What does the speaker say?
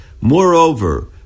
Moreover